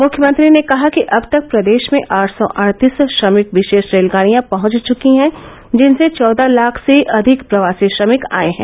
मुख्यमंत्री ने कहा कि अब तक प्रदेश में आठ सौ अड़तीस श्रमिक विशेष रेलगाड़ियां पहच चुकी हैं जिनसे चौदह लाख से अधिक प्रवासी श्रमिक आए हैं